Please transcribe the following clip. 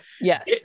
Yes